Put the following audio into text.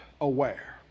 Aware